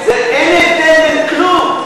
אלה, אין הבדל בין כלום.